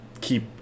keep